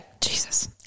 Jesus